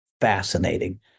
fascinating